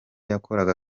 yakoraga